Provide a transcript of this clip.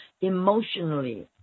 emotionally